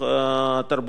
התרבות והספורט.